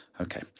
Okay